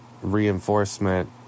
reinforcement